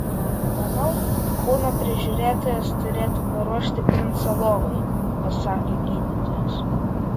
manau kūno prižiūrėtojas turėtų paruošti princą lovai pasakė gydytojas